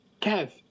Kev